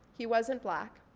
he wasn't black.